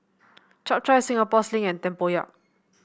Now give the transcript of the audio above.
Chap Chai Singapore Sling and tempoyak